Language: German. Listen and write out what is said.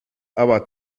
aber